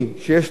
נפגם.